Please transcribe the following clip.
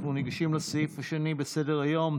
אנחנו ניגשים לסעיף השני בסדר-היום,